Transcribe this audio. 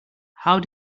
how